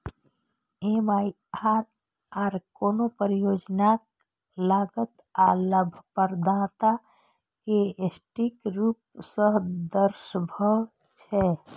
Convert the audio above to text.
MIRR कोनो परियोजनाक लागत आ लाभप्रदता कें सटीक रूप सं दर्शाबै छै